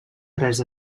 tres